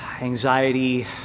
anxiety